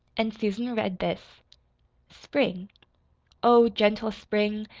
and susan read this spring oh, gentle spring,